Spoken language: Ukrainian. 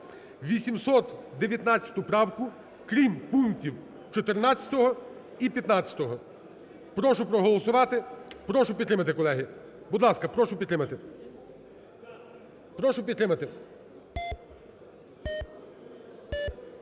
819 правку, крім пунктів 14 і 15. Прошу проголосувати, прошу підтримати. Будь ласка, прошу підтримати. Прошу підтримати.